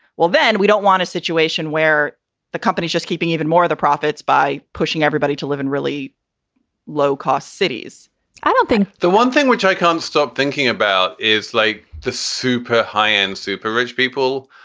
well, then we don't want a situation where the company's just keeping even more of the profits by pushing everybody to live in really low cost cities i don't think the one thing which i can stop thinking about is like the super high end, super rich people.